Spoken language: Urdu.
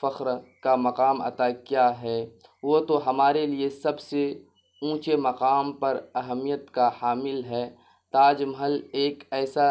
فخر کا مقام عطا کیا ہے وہ تو ہمارے لیے سب سے اونچے مقام پر اہمیت کا حامل ہے تاج محل ایک ایسا